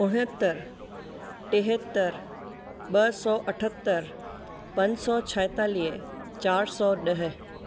उणहतरि टेहतरि ॿ सौ अठहतरि पंज सौ छाहेतालीह चारि सौ ॾह